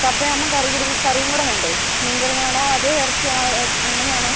കപ്പ ആകുമ്പം കറികളും കറിയും കൂടെ വേണ്ടേ മീൻകറിയാണോ അതെയോ ഇറച്ചിയാണോ എങ്ങനെയാണ്